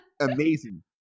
Amazing